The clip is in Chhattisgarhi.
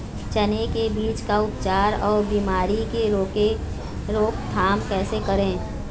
चने की बीज का उपचार अउ बीमारी की रोके रोकथाम कैसे करें?